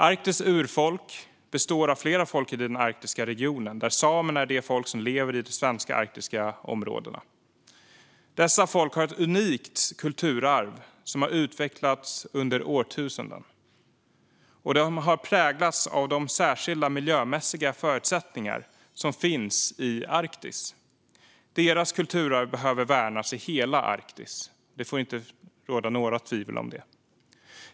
Arktis urfolk består av flera folk i den arktiska regionen, där samerna är det folk som lever i de svenska arktiska områdena. Dessa folk har ett unikt kulturarv som har utvecklats under årtusenden, och de har präglats av de särskilda miljömässiga förutsättningar som finns i Arktis. Deras kulturarv behöver värnas i hela Arktis. Det får inte råda några tvivel om det.